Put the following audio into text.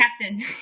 captain